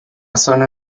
zona